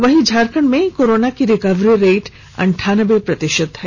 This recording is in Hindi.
वहीं झारखंड में कोरोना की रिकवरी रेट अंठानबे प्रतिशत हैं